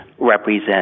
represent